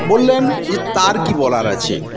বললেন যে তার কী বলার আছে